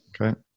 Okay